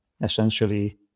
essentially